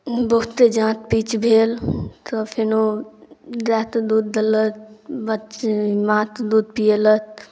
बहुते जाँत पीच भेल तऽ फेनो दाएते दूध देलत बच् माँते दूध पिएलक